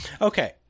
okay